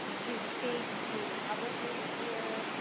to speak to the public who is here,